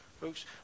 Folks